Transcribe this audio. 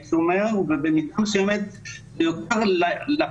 הייתי אומר --- אמת זה נועד לפרוטוקול